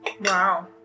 Wow